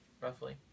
roughly